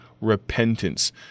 repentance